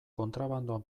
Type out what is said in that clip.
kontrabandoan